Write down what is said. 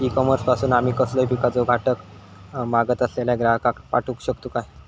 E commerce पासून आमी कसलोय पिकाचो घटक मागत असलेल्या ग्राहकाक पाठउक शकतू काय?